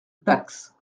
dax